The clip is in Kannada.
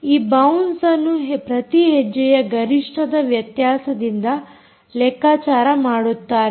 ಈ ಬೌನ್ಸ್ಅನ್ನು ಪ್ರತಿ ಹೆಜ್ಜೆಯ ಗರಿಷ್ಠದ ವ್ಯತ್ಯಾಸದಿಂದ ಲೆಕ್ಕಾಚಾರ ಮಾಡುತ್ತಾರೆ